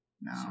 No